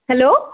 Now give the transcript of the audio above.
hello